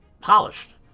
polished